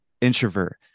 introvert